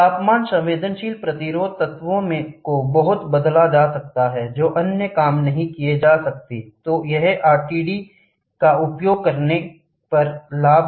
तापमान संवेदनशील प्रतिरोध तत्वों को बहुत बदला जा सकता है जो अन्य काम नहीं किया जा सकता है तो यह है आरटीडी का उपयोग करने का लाभ